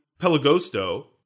Pelagosto